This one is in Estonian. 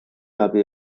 abi